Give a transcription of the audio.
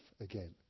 again